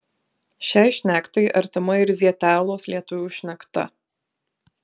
šiai šnektai artima ir zietelos lietuvių šnekta